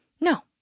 No